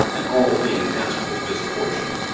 and all things answerable to this portion.